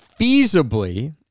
Feasibly